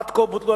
עד כה בוטלו,